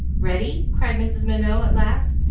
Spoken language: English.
ready! cried mrs. minot, at last,